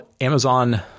Amazon